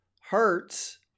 hurts